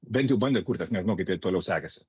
bent jau bandė kurt aš nežinau kaip toliau sekėsi